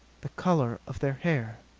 the color of their hair.